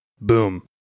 Boom